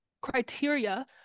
criteria